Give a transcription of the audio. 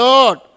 Lord